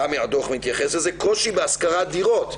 והדוח מתייחס גם לזה, קושי בהשכרת דירות.